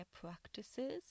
practices